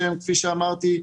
שכפי שאמרתי,